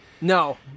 No